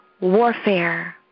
warfare